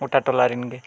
ᱜᱳᱴᱟ ᱴᱚᱞᱟ ᱨᱮᱱ ᱜᱮ